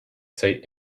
say